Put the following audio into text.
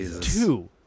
two